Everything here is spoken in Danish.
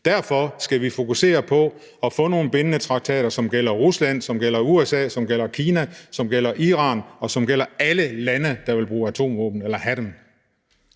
Derfor skal vi fokusere på at få nogle bindende traktater, som gælder Rusland; som gælder USA; som gælder Kina; som gælder Iran; og som gælder alle lande, der vil bruge atomvåben eller have dem.